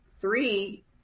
three